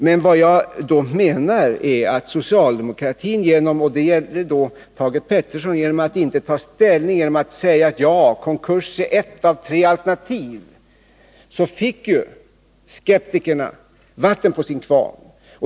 Men vad jag menar är — och det gäller Thage Peterson — att när socialdemokratin inte tog ställning utan bara sade att konkurs var ett av tre alternativ, då fick skeptikerna vatten på sin kvarn.